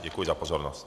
Děkuji za pozornost.